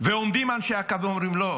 ועומדים אנשי אכ"א ואומרים: לא,